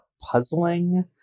puzzling